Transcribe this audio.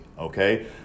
Okay